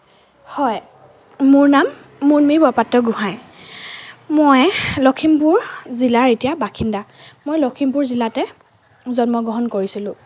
হয় মোৰ নাম মুনমি বৰপাত্ৰগোঁহাই মই লখিমপুৰ জিলাৰ এতিয়া বাসিন্দা মই লখিমপুৰ জিলাতে জন্মগ্ৰহণ কৰিছিলোঁ